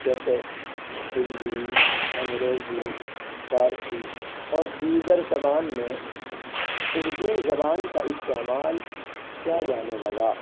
جیسے ہندی انگریزی فارسی اور دیگر زبان میں اردو زبان کا استعمال کیا جانے لگا